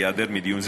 להיעדר מדיון זה,